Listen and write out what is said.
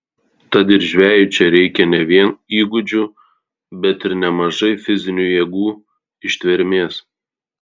tad ir žvejui čia reikia ne vien įgūdžių bet ir nemažai fizinių jėgų ištvermės